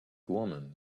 woman